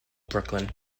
brooklyn